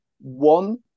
one